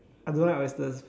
I don't like oysters